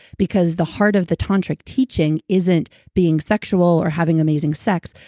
because the heart of the tantra teaching isn't being sexual or having amazing sex.